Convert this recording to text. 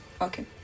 Okay